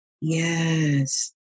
Yes